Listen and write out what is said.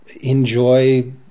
enjoy